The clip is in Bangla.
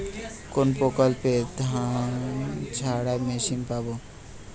কোনপ্রকল্পে ধানঝাড়া মেশিন পাব?